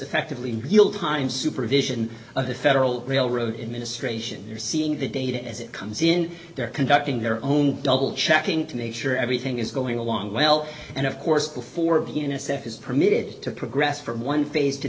affectively real time supervision of the federal railroad administration you're seeing the data as it comes in they're conducting their own double checking to make sure everything is going along well and of course before be n s f is permitted to progress from one phase to